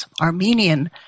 Armenian